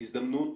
הזדמנות